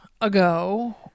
ago